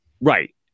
Right